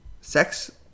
sex